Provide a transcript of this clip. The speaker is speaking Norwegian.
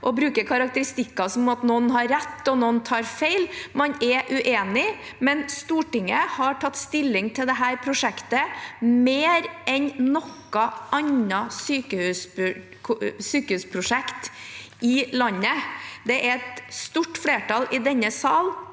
å bruke karakteristikker som at noen har rett og noen tar feil: Man er uenige. Men Stortinget har tatt stilling til dette prosjektet, mer enn noe annet sykehusprosjekt i landet. Det er et stort flertall i denne sal.